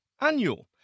Annual